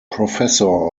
professor